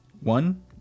one